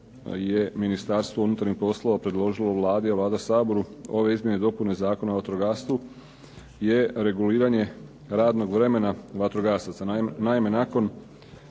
je Ministarstvo unutarnjih poslova predložilo Vladi a Vlada Saboru ove izmjene i dopune Zakona o vatrogastvu je reguliranje radnog vremena vatrogasaca.